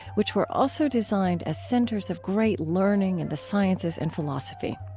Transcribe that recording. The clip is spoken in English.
which were also designed as centers of great learning in the sciences and philosophy.